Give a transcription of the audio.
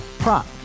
Prop